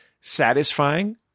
satisfying